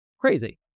Crazy